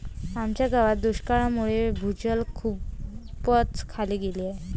आमच्या गावात दुष्काळामुळे भूजल खूपच खाली गेले आहे